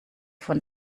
von